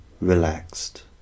relaxed